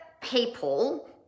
people